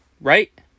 right